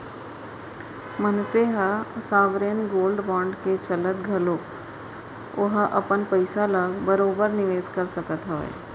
मनसे ह sovereign gold bond के चलत घलोक ओहा अपन पइसा ल बरोबर निवेस कर सकत हावय